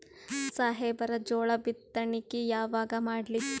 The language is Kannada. ಸಾಹೇಬರ ಜೋಳ ಬಿತ್ತಣಿಕಿ ಯಾವಾಗ ಮಾಡ್ಲಿ?